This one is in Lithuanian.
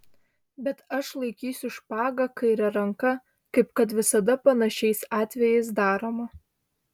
bet aš laikysiu špagą kaire ranka kaip kad visada panašiais atvejais daroma